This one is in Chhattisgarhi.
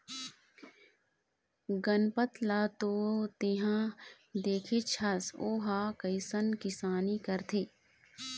गनपत ल तो तेंहा देखेच हस ओ ह कइसना किसानी करथे